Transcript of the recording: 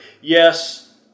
yes